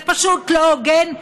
זה פשוט לא הוגן,